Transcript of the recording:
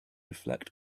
reflect